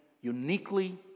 uniquely